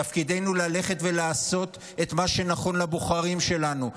תפקידנו ללכת ולעשות את מה שנכון לבוחרים שלנו,